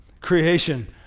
Creation